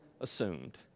assumed